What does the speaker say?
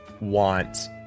want